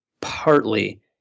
partly